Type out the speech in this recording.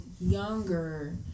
younger